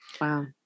Wow